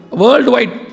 worldwide